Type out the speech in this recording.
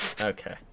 Okay